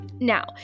Now